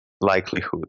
likelihood